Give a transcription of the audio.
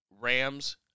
Rams